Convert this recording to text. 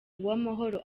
uwamahoro